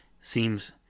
seems